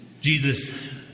Jesus